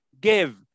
give